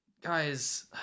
guys